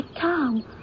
Tom